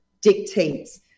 dictates